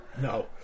No